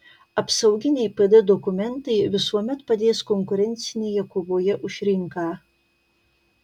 apsauginiai pd dokumentai visuomet padės konkurencinėje kovoje už rinką